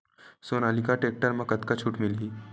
Sonalika tractor म कतका छूट मिलही?